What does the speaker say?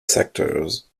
sectors